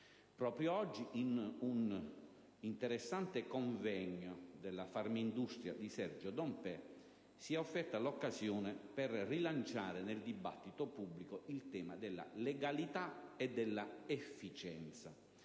Proprio oggi, in un interessante convegno organizzato dalla Farmindustria di Sergio Dompè, si è offerta l'occasione per rilanciare nel dibattito pubblico il tema della legalità e dell'efficienza,